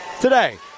today